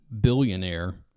billionaire